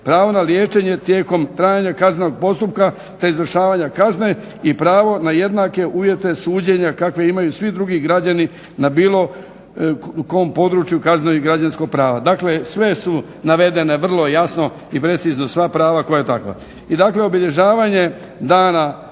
Pravo na liječenje tijekom trajanja kaznenog postupka te izvršavanja kazne i pravo na jednake uvijete suđenja kakve imaju svi drugi građani na bilo kom području kaznenog i građanskog prava. Dakle, sve su navedene vrlo jasno i precizno, sva prava kao takva.